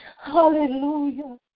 Hallelujah